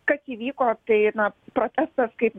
kas įvyko tai na protestas kaip